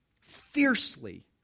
fiercely